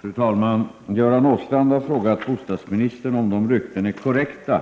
Fru talman! Göran Åstrand har frågat bostadsministern om de rykten är korrekta